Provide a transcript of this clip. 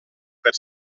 per